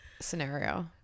scenario